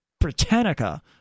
Britannica